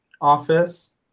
office